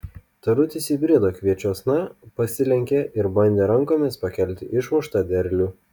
tarutis įbrido kviečiuosna pasilenkė ir bandė rankomis pakelti išmuštą derlių